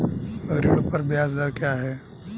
ऋण पर ब्याज दर क्या है?